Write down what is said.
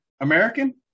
American